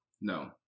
No